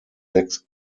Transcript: sechs